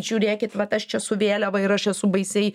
žiūrėkit bet aš čia su vėliava ir aš esu baisiai